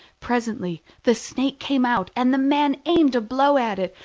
presently the snake came out, and the man aimed a blow at it,